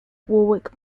warwick